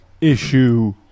issue